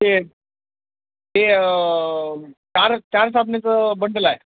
ते ते चार चार साबणेचं बंडल आहे